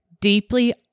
deeply